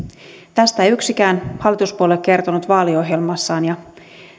tästä ei yksikään hallituspuolue kertonut vaaliohjelmassaan ja